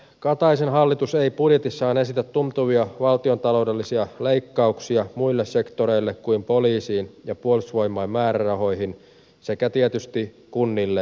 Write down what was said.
kataisen hallitus ei budjetissaan esitä tuntuvia valtiontaloudellisia leikkauksia muille sektoreille kuin poliisiin ja puolustusvoimain määrärahoihin sekä tietysti kunnille ikävä kyllä